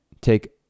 take